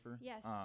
yes